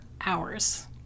hours